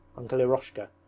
uncle eroshka,